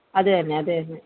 അത് തന്നെ അത് തന്നെ